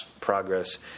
progress